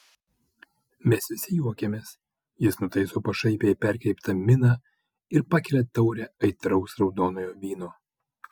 mes visi juokiamės jis nutaiso pašaipiai perkreiptą miną ir pakelia taurę aitraus raudonojo vyno